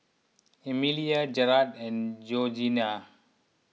Emelia Jarrad and Georgene